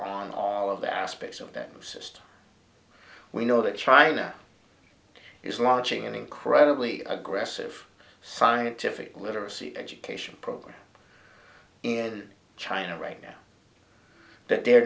on all of the aspects of that system we know that china is launching an incredibly aggressive scientific literacy education program in china right now that they're